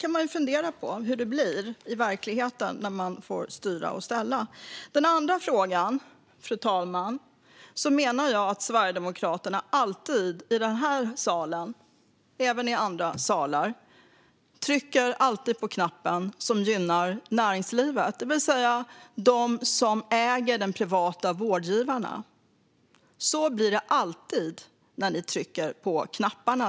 Man kan fundera på hur det blir i verkligheten när man får styra och ställa. Vad gäller den andra frågan, fru talman, menar jag att Sverigedemokraterna alltid i denna sal, men även i andra salar, trycker på den knapp som gynnar näringslivet, det vill säga de som äger de privata vårdgivarna. Så blir det alltid när de trycker på knappen.